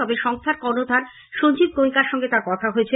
তবে সংস্থার কর্ণধার সঞ্জীব গোয়েঙ্কার সঙ্গে তার কথা হয়েছে